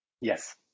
Yes